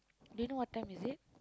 do you know what time is it